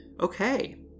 Okay